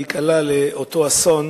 להיקלע לאותו אסון